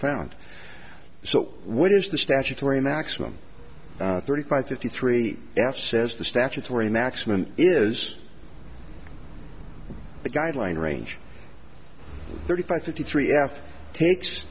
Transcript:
found so what is the statutory maximum thirty five fifty three f says the statutory maximum is the guideline range thirty five fifty three f t